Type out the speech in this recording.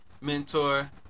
mentor